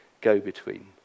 go-between